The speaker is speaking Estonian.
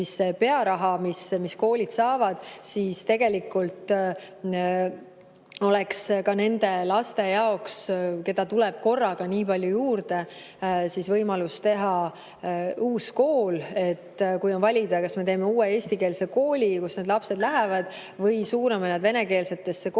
ju see pearaha, mis koolid saavad, siis tegelikult oleks ka võimalus nende laste jaoks, keda tuleb korraga nii palju juurde, teha uus kool. Kui on valida, kas me teeme uue eestikeelse kooli, kuhu need lapsed lähevad, või suuname nad venekeelsetesse koolidesse,